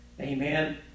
Amen